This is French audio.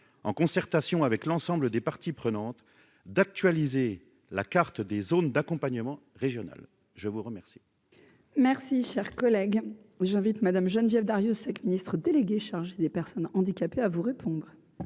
en concertation avec l'ensemble des parties prenantes d'actualiser la carte des zones d'accompagnement régionale, je vous remercie. Merci, cher collègue, j'invite Madame Geneviève Darrieussecq, ministre déléguée chargée des Personnes handicapées à vous répondre.